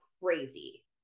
crazy